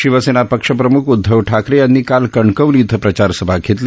शिवसेना पक्षप्रम्ख उदधव ठाकरे यांनी काल कणकवली इथं प्रचारसभा घेतली